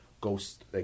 ghost